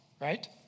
right